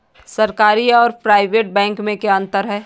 सरकारी और private bank में क्या अंतर है?